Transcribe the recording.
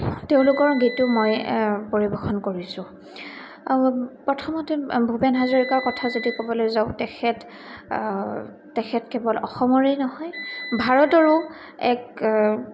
তেওঁলোকৰ গীতো মই পৰিৱেশন কৰিছোঁ প্ৰথমতে ভূপেন হাজৰিকাৰ কথা যদি ক'বলৈ যাওঁ তেখেত তেখেত কেৱল অসমৰেই নহয় ভাৰতৰো এক